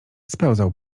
spełzał